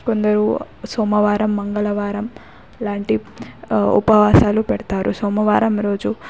కొందరు సోమవారం మంగళవారం లాంటి ఉపవాసాలు పెడతారు సోమవారం రోజు